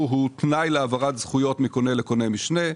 הוא תנאי להעברת זכויות מקונה לקונה משנה,